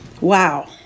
wow